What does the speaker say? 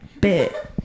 Bit